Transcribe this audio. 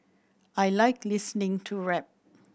I like listening to rap